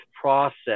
process